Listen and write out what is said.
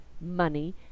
Money